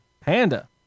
Panda